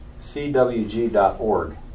cwg.org